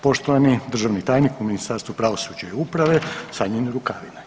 Poštovani državni tajnik u Ministarstvu pravosuđa i uprave Sanjin Rukavina.